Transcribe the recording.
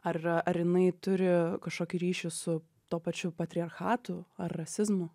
ar ar jinai turi kažkokį ryšį su tuo pačiu patriarchatu ar rasizmu